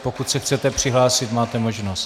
Pokud se chcete přihlásit, máte možnost.